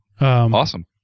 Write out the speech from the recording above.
Awesome